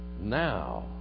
now